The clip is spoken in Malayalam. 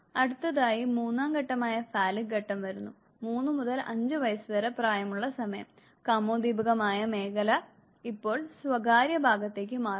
അടുത്തതായി മൂന്നാം ഘട്ടമായ ഫാലിക് ഘട്ടം വരുന്നു 3 മുതൽ 5 വയസ്സുവരെ പ്രായമുള്ള സമയം കാമോദ്ദീപകമായ മേഖല ഇപ്പോൾ സ്വകാര്യ ഭാഗത്തേക്ക് മാറുന്നു